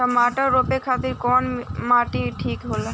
टमाटर रोपे खातीर कउन माटी ठीक होला?